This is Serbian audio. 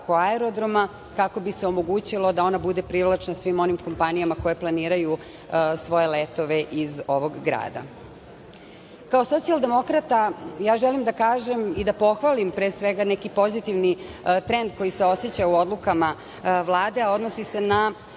oko aerodroma, kako bi se omogućilo da ona bude privlačna svim onim kompanijama koje planiraju svoje letove iz ovog grada. Kao socijaldemokrata želim da kažem i da pohvalim pre svega neki pozitivni trend koji se oseća u odlukama Vlade, a odnosi se na